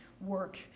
work